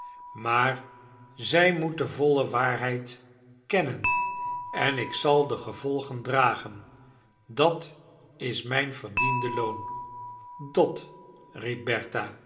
maar zij moet de voile waarheid kennen en ik zal de gevolgen dragen dat is mijn verdiende loon dot